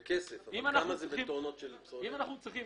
אם אנחנו צריכים